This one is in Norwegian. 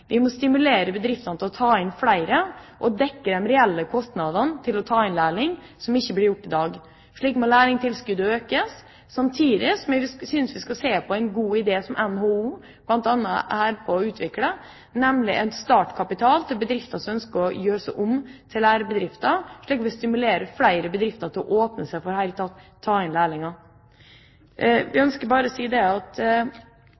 Vi må stimulere bedriftene til å ta inn flere, og dekke de reelle kostnadene med å ta inn lærlinger – som ikke blir gjort i dag. Så lærlingtilskuddet må økes, samtidig som vi synes vi skal se på en god idé som NHO bl.a. er med på å utvikle, nemlig en startkapital til bedrifter som ønsker å gjøre seg om til lærebedrifter, slik at vi stimulerer flere bedrifter til å åpne seg for i det hele tatt å ta inn